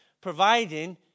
providing